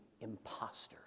imposters